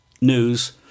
news